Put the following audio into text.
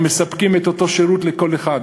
הם מספקים את אותו שירות לכל אחד.